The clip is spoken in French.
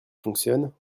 fonctionne